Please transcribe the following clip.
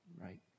Right